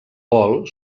paul